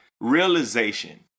realization